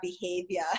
behavior